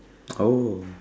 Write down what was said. oh